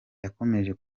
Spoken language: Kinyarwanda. yakomeje